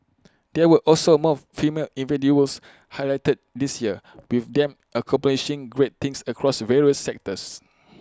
there were also more female highlighted this year with them accomplishing great things across various sectors